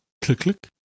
Click-click